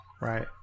Right